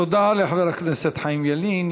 תודה לחבר הכנסת חיים ילין.